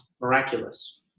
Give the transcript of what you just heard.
miraculous